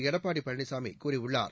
எடப்பாடி பழனிசாமி கூறியுள்ளார்